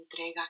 entrega